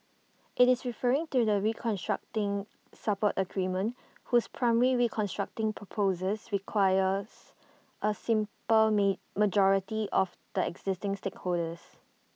IT is referring to the restructuring support agreement whose primary restructuring proposal requires A simple majority of the existing shareholders